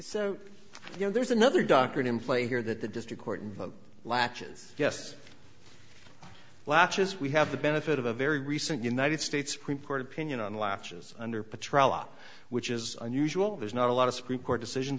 so you know there's another doctrine in play here that the district court vote latches yes latches we have the benefit of a very recent united states supreme court opinion on latches under patrol law which is unusual there's not a lot of supreme court decisions